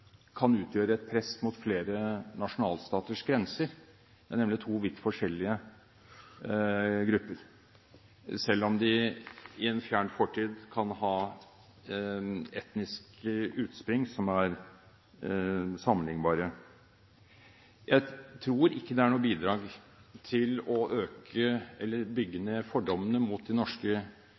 kan utgjøre et press mot flere nasjonalstaters grenser. Det er nemlig to vidt forskjellige grupper, selv om de i en fjern fortid kan ha hatt et etnisk utspring som er sammenlignbart. Jeg tror ikke det er noe bidrag til å bygge ned fordommene mot de norske